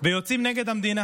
ויוצאים נגד המדינה.